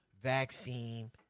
vaccine